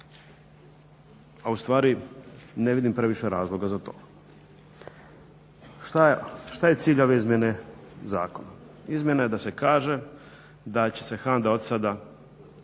a ustvari ne vidim previše razloga za to. Šta je cilj ove izmjene zakona? Izmjena je da se kaže da će se HANDA od sada,